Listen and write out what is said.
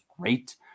great